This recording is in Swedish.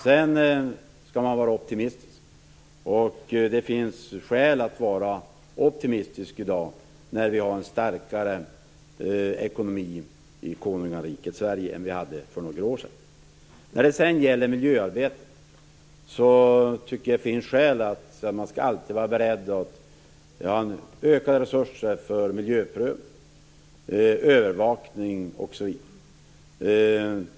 Man skall vara optimistisk, och det finns skäl att vara det i dag. Vi har ju nu i konungariket Sverige en starkare ekonomi än vi hade för några år sedan. När det gäller miljöarbetet tycker jag att det finns skäl att alltid vara beredd till ökade resurser för miljöprövning, övervakning osv.